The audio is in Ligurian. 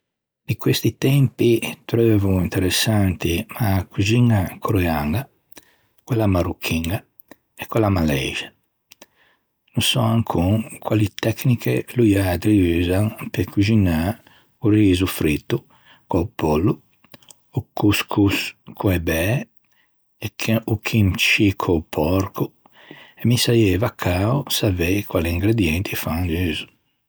In questi tempi treuvo interessanti a coxiña coreaña, quella marocchiña e quella maleixe. No sò ancon quali tecniche loiatri usan pe coxinâ o riso frito, o pollo, o couscous co-e bæ o kimchi co-o pòrco e me saieiva cao savei quali ingredienti fan uso.